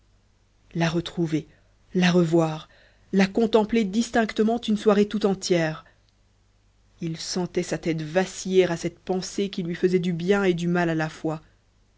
la retrouver la revoir la contempler distinctement une soirée tout entière il sentait sa tête vaciller à cette pensée qui lui faisait du bien et du mal à la fois